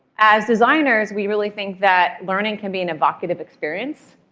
as designers, we really think that learning can be an evocative experience.